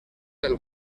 del